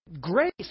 grace